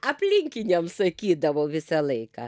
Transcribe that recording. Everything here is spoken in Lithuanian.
aplinkiniams sakydavau visą laiką